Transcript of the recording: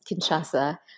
Kinshasa